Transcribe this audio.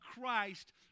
Christ